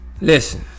Listen